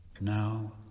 Now